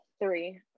Three